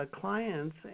Clients